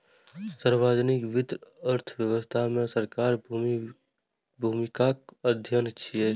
सार्वजनिक वित्त अर्थव्यवस्था मे सरकारक भूमिकाक अध्ययन छियै